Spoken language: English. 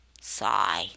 Sigh